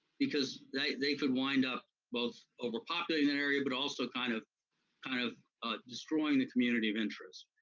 because they they could wind up both overpopulating an area, but also kind of kind of ah destroying the community of interest.